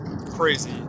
crazy